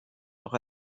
auch